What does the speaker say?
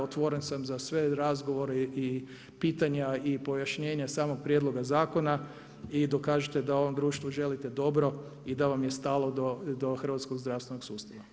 Otvoren sam za sve razgovore i pitanja i pojašnjenja samog prijedloga zakona i dokažite da ovom društvu želite dobro i da vam je stalo do hrvatskog zdravstvenog sustava.